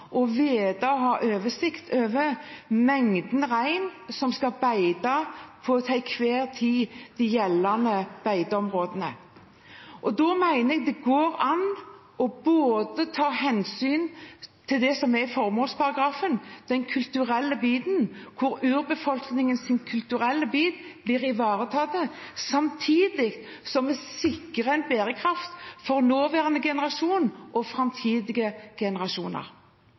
vite og å ha oversikt over mengden rein som skal beite på de til enhver tid gjeldende beiteområdene. Da mener jeg det går an både å ta hensyn til den kulturelle biten i formålsparagrafen, at urbefolkningens kultur blir ivaretatt, samtidig som vi sikrer en bærekraft for nåværende generasjon og framtidige